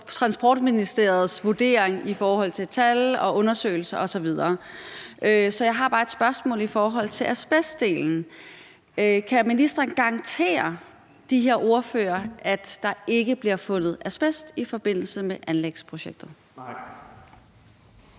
Transportministeriets vurdering i forhold til tal og undersøgelser osv. Så jeg har bare et spørgsmål i forhold til asbestdelen: Kan ministeren garantere de ordførere, at der ikke bliver fundet asbest i forbindelse med anlægsprojektet?